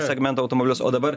segmento automobilius o dabar